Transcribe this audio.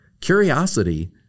Curiosity